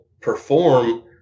perform